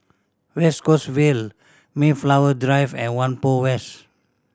West Coast Vale Mayflower Drive and Whampoa West